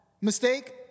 mistake